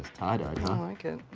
tie dyed huh? i like